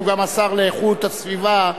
שהוא גם השר לאיכות הסביבה,